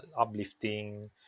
uplifting